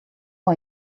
are